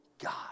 God